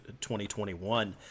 2021